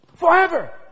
forever